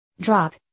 Drop